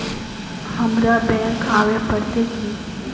हमरा बैंक आवे पड़ते की?